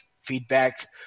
feedback